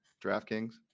DraftKings